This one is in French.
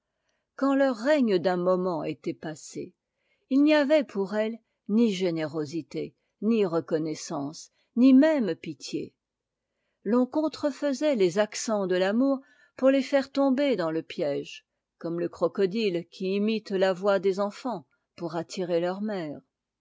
quand leur règne d'un moment était passé il n'y avait pour elles ni générosité ni reconnaissance ni même pitié l'on contrefaisait les accents de l'amour pour les faire tomber dans le piège comme le crocodile qui imite la voix des enfants pour attirer leurs mères